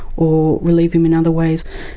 or relieve them in other ways.